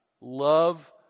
Love